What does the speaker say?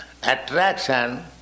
attraction